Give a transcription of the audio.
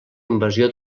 invasió